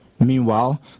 Meanwhile